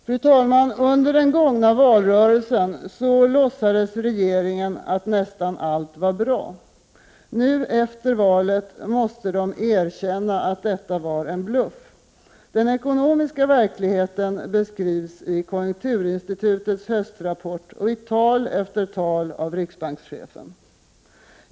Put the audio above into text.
Fru talman! Under den gångna valrörelsen låtsades regeringen att nästan allt var bra. Nu efter valet måste den erkänna att detta var en bluff. Den ekonomiska verkligheten beskrivs i konjunkturinstitutets höstrapport och i tal efter tal av riksbankschefen.